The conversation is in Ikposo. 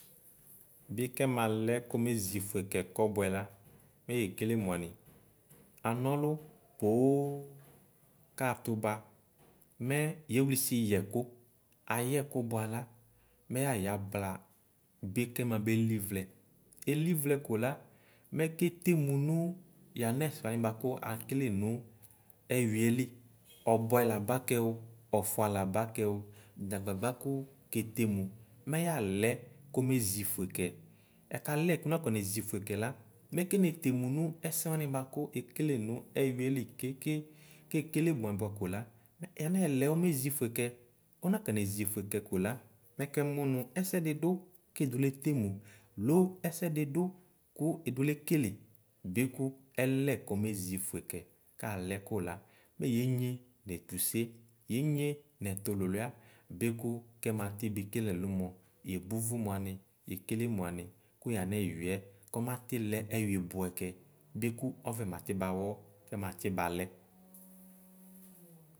Bi kɛmalɛ kɔmezi fʋekɛ kɔbʋɛ la mɛ yekele mʋanu? Anɔlʋ poo katʋba mɛ yewlesi yɛko ayɛkʋ bʋala mɛ yaya blaa bikɛ mabeli wlɛ eliuλɛ λʋla mɛ ketemʋ nʋ yanɛsɛ wani bʋakʋ akele nʋ ɛyʋɛli ɔbʋɛ laba kɛo ɔfʋa laba ksɔ dza gbagba kʋ ketenw mɛ yalɛ kɔme zifʋe kɛ ɛkalɛ kʋna kɛne zifʋe kɛla mɛ kɛnetemʋ nʋ ɛsɛ nani bʋakʋ ekele nʋ ɛyʋɛli kekeke kekele bʋɛ bʋɛ kola yanɛlɛ ɔmeziƒʋe kɛ ɔnakɔne zifʋe kɛ kola mɛkɛmʋ nʋ ɛsɛde dʋ kɛdo letemi loo ɛsɛɖiɖʋ kʋ edole kele bii kʋ ɛlɛ kome zifʋe kɛ kalɛ kola mɛyɛnye nɛtʋse yenye nɛtu lʋlua bikʋ kɛma kenekel ɛlʋmɔ yebʋvʋ mʋani yekele mʋani kʋ yanɛurɛ kɔmati lɛ ɛwibʋɛ kɛ biko ɔvɛ mati bawɔ kɛmati balɛ.